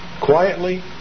Quietly